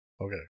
okay